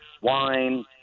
wine